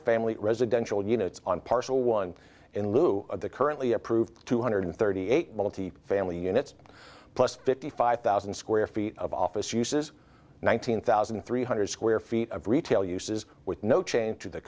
family residential units on partial one in lieu of the currently approved two hundred thirty eight multi family units plus fifty five thousand square feet of office uses nine hundred thousand three hundred square feet of retail uses with no change t